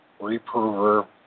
reprover